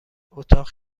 اتاق